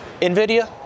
NVIDIA